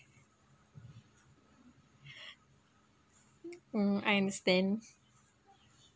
mm I understand